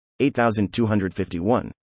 8,251